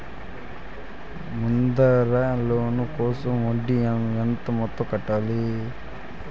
Mudra loan కోసం వడ్డీ ఎంత మొత్తం కట్టాలి